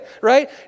right